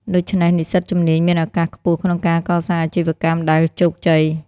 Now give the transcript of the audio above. ដូច្នេះ និស្សិតជំនាញមានឱកាសខ្ពស់ក្នុងការកសាងអាជីវកម្មដែលជោគជ័យ។